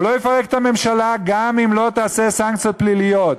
הוא לא יפרק את הממשלה גם אם לא תעשה סנקציות פליליות.